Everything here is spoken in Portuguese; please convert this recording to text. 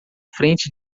frente